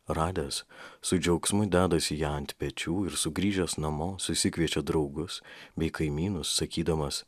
radęs su džiaugsmu dedasi ją ant pečių ir sugrįžęs namo susikviečia draugus bei kaimynus sakydamas